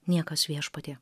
niekas viešpatie